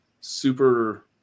super